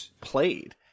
played